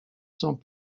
sont